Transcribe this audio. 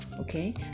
okay